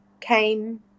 came